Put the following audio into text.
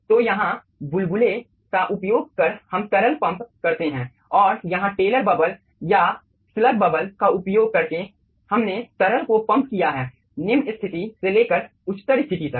तो यहाँ बुलबुले का उपयोग कर हम तरल पम्प करते हैं और यहां टेलर बबल या स्लग बबल का उपयोग करके हमने तरल को पम्प किया है निम्न स्थिति से लेकर उच्चतर स्थिति तक